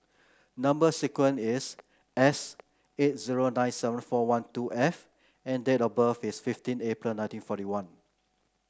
number sequence is S eight zero nine seven four one two F and date of birth is fifteen April nineteen forty one